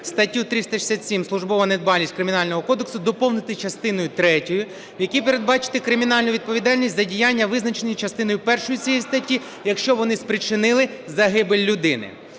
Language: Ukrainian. статтю 367 "Службова недбалість" Кримінального кодексу доповнити частиною третьою, в якій передбачити кримінальну відповідальність за діяння, визначені частиною першою цієї статті, якщо вони спричинили загибель людини.